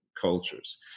cultures